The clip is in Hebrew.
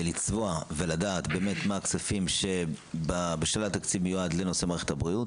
לצבוע ולדעת מה הכספים שמיועדים למערכת הבריאות.